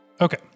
Okay